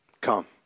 come